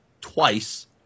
twice